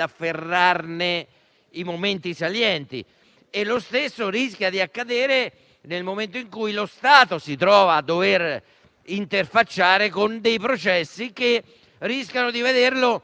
afferrarne i momenti salienti. Lo stesso potrebbe accadere nel momento in cui lo Stato si trova a interfacciarsi con processi che rischiano di vederlo